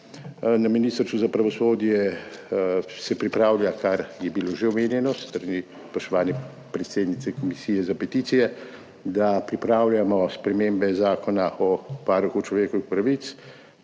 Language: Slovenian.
Na Ministrstvu za pravosodje se pripravlja, kar je bilo že omenjeno s strani spoštovane predsednice Komisije za peticije, da pripravljamo spremembe Zakona o varuhu človekovih pravic,